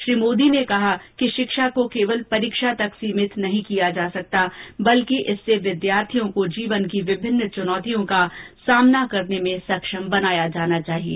श्री मोदी ने कहा कि शिक्षा को केवल परीक्षा तक सीमित नहीं किया जा सकता बल्कि इससे विद्यार्थियों को जीवन की विभिन्न च्नौतियों का सामना करने में सक्षम बनाया जाना चाहिए